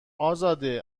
ازاده